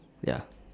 ya